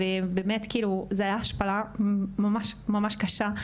וזו הייתה השפלה ממש ממש קשה,